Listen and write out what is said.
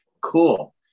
Cool